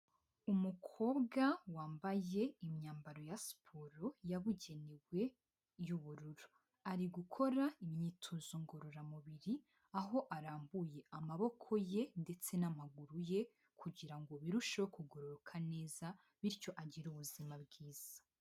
Umukobwa wambaye imyambaro ya siporo yabugenewe y'ubururu. Ari gukora imyitozo ngororamubiri, aho arambuye amabokoye ndetse n'amaguru ye, kugirango birusheho kugororoka bityo agire ubuzima bwiza.